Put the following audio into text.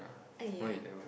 !aiya!